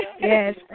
Yes